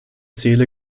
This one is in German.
seele